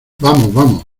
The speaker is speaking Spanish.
vamos